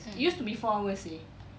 it used to be four hours seh